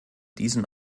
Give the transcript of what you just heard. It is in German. diesem